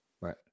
Right